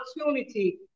opportunity